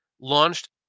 launched